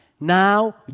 now